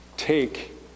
Take